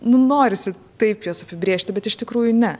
nu norisi taip juos apibrėžti bet iš tikrųjų ne